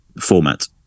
format